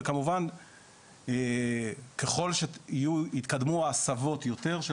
וכמובן ככל שהתקדמו ההסבות יותר,